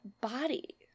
body